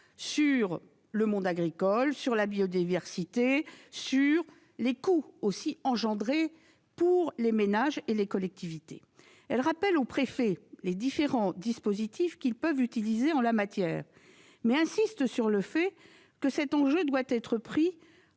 sur le monde agricole et la biodiversité, ainsi qu'en termes de coûts pour les ménages et les collectivités. Cette instruction rappelle aux préfets les différents dispositifs qu'ils peuvent utiliser en la matière, mais insiste sur le fait que cet enjeu doit être pris